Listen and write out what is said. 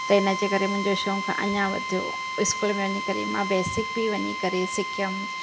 त हिन जे करे मुंहिंजो शौक़ु अञा वधियो स्कूल वञी करे मां बेसिक बि वञी करे सिखयमि